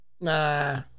Nah